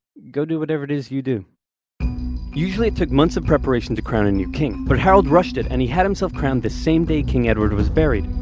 go do whatever it is you do usually it took months of preparation to crown a new king, but harold rushed it and he had himself crowned the same day king edward was buried.